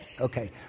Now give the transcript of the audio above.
okay